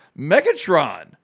Megatron